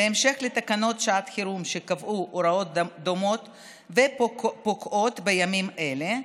בהמשך לתקנות שעת חירום שקבעו הוראות דומות ופוקעות בימים אלה.